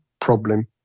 problem